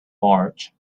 march